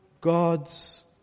God's